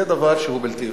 זה דבר שהוא בלתי אפשרי.